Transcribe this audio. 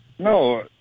No